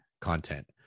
content